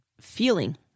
feeling